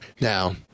Now